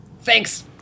Thanks